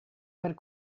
per